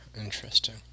interesting